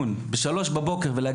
מקבל מטופלת בשלוש בבוקר בחדר המיון ואני